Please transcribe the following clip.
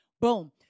Boom